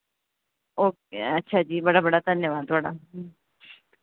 okay अच्छा जी बड़ा बड़ा धन्नबाद थोआढ़ा